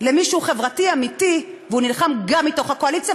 למי שהוא חברתי אמיתי והוא נלחם גם מתוך הקואליציה,